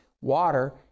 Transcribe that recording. WATER